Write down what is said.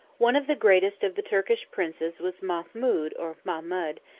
one of the greatest of the turkish princes was mahmood or mahmud,